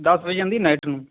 ਦਸ ਵਜ੍ਹੇ ਜਾਂਦੀ ਨਾਈਟ ਨੂੰ